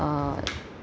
uh